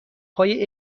های